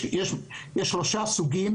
יש שלושה סוגים,